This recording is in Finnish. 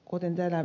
kuten ed